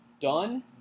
done